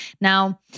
Now